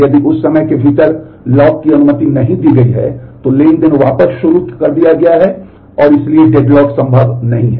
यदि उस समय के भीतर लॉक की अनुमति नहीं दी गई है तो ट्रांज़ैक्शन वापस शुरू कर दिया गया है और इसलिए डेडलॉक संभव नहीं है